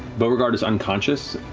beauregard is unconscious,